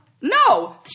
No